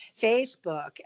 facebook